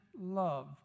love